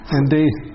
indeed